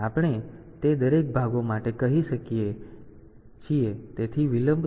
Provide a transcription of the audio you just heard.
તેથી આપણે તે દરેક ભાગો માટે કહી શકીએ છીએ